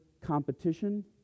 competition